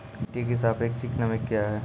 मिटी की सापेक्षिक नमी कया हैं?